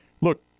look